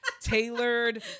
tailored